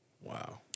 Wow